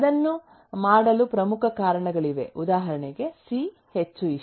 ಅದನ್ನು ಮಾಡಲು ಪ್ರಮುಖ ಕಾರಣಗಳಿವೆ ಉದಾಹರಣೆಗೆ ಸಿ ಹೆಚ್ಚು ಇಷ್ಟ